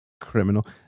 criminal